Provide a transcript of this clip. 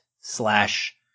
slash